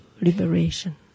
liberation